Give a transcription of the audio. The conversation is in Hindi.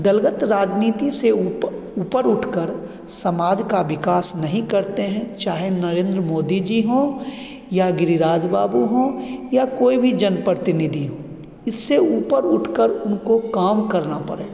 दलगत राजनीति से ऊपर ऊपर उठकर समाज का विकास नहीं करते हैं चाहे नरेन्द्र मोदी जी हों या गिरिराज बाबू हों या कोई भी जनप्रतिनिधि हो इससे ऊपर उठकर उनको काम करना पड़ेगा